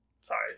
Sorry